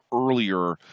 earlier